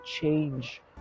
change